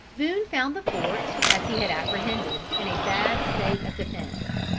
boone found the fort as he had apprehended, in a bad state of defence.